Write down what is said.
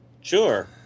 sure